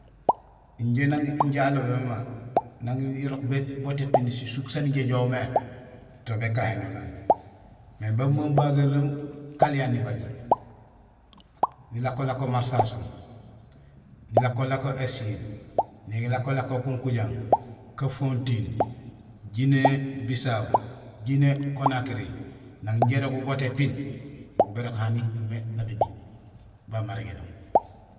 Injé nang injé alobé mama, nang irok boot épini sisuk saan injé ijoow mé, to békahénolaal. Mais bo mubagénumoom Kaléane nibaji, nilako lako Marsasoum, nilako lako Essyl, nialako lako Kunkudiang, Kafountine, Guinée Bissau, Guinée Conakry; nang injé irogul boot épiin bugul bérok hani umé nabibiij ban marégénoom.